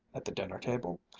at the dinner-table?